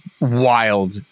wild